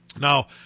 Now